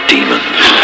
Demons